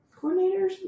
coordinators